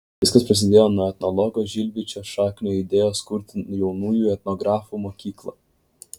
viskas prasidėjo nuo etnologo žilvičio šaknio idėjos kurti jaunųjų etnografų mokyklą